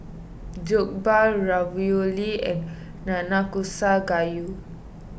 Jokbal Ravioli and Nanakusa Gayu